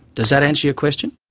does that answer your question?